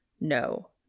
No